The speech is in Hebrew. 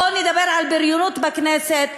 בואו נדבר על בריונות בכנסת,